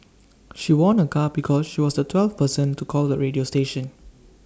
she won A car because she was the twelfth person to call the radio station